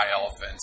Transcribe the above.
elephants